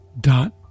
Dot